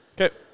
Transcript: Okay